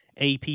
AP